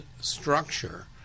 structure